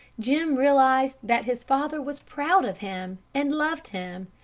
jim realized that his father was proud of him and loved him.